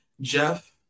Jeff